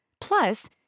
Plus